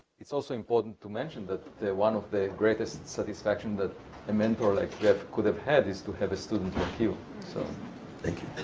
it's also important to mention that the one of the greatest satisfaction that a mentor like jeff could have had is to have a student of you. so thank you.